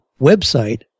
website